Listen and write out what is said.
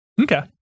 okay